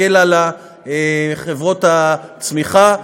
מקל על חברות הצמיחה,